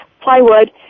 plywood